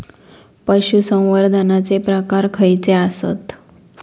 पशुसंवर्धनाचे प्रकार खयचे आसत?